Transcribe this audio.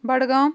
Budgam